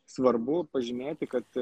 svarbu pažymėti kad